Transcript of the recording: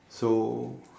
so